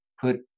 put